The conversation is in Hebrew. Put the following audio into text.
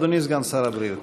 אדוני סגן שר הבריאות.